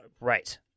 right